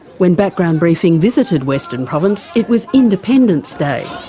when background briefing visited western province it was independence day.